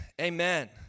Amen